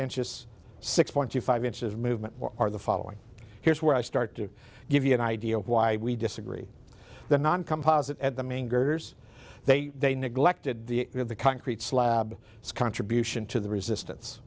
inches six point two five inches of movement what are the following here's where i start to give you an idea of why we disagree the non composite and the main girders they they neglected the the concrete slab contribution to the resistance